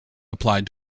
applied